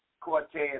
Cortez